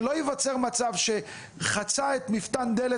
שלא ייווצר מצב שעובד זר חצה את מפתן דלת